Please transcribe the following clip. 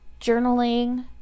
journaling